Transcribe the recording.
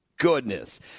Goodness